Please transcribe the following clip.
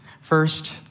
First